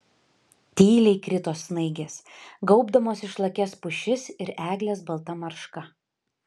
tyliai krito snaigės gaubdamos išlakias pušis ir egles balta marška